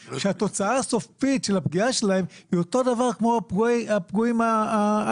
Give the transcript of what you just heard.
שהתוצאה הסופית של הפגיעה שלהם היא אותו דבר כמו הפגועים האלה.